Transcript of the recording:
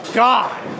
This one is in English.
god